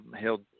held